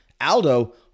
Aldo